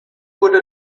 wurde